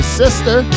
sister